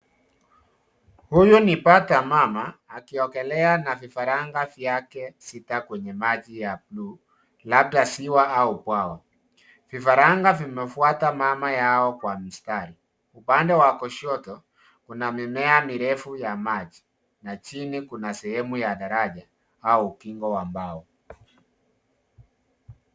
Huyu ni bata mama, akiogelea na vifaranga vyake sita kwenye maji ya bluu labda ziwa au bwawa. Vifaranga vimefuata mama yao kwa mstari. Upande wa kushoto, kuna mimea mirefu ya maji na chini kuna sehemu ya daraja au ukingo wa mbao.